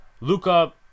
Luca